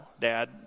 Dad